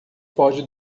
pode